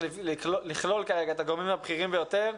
לכלול כרגע את הגורמים הבכירים ביותר.